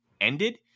ended